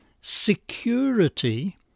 security